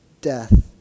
death